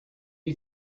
you